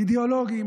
אידיאולוגיים,